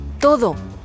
todo